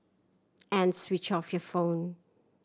and switch off your phone